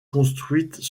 construites